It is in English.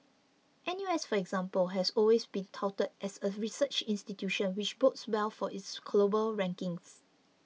N U S for example has always been touted as a research institution which bodes well for its global rankings